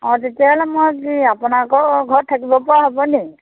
অঁ তেতিয়াহ'লে মই কি আপোনালোকৰ ঘৰত থাকিব পৰা হ'বনে